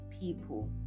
people